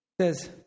Says